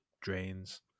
drains